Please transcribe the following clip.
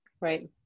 right